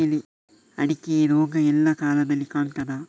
ಅಡಿಕೆಯಲ್ಲಿ ರೋಗ ಎಲ್ಲಾ ಕಾಲದಲ್ಲಿ ಕಾಣ್ತದ?